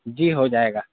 جی ہو جائے گا